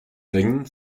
ringen